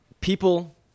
people